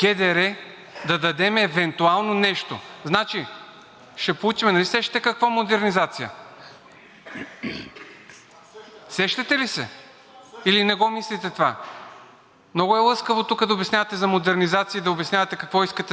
Сещате ли се? Или не го мислите това? Много е лъскаво тук да обяснявате за модернизация и да обяснявате какво искате да направите, само че искате да оголите това, което… Да, старо руско оборудване – Вие искате и него да изпратите!